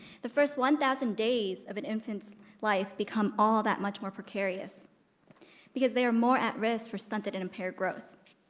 the first one thousand days of an infant's life become all that much more precarious because they are more at risk for stunted and impaired growth.